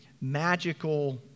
magical